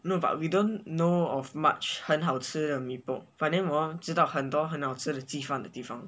no but we don't know of much 很好吃的 meepok but then hor 我们知道很多很好吃的鸡饭的地方